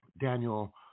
Daniel